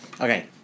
Okay